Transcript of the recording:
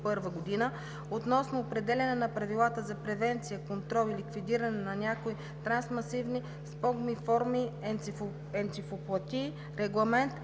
относно определяне на правилата за превенция, контрол и ликвидиране на някои трансмисивни спонгиформни енцефалопатии (Регламент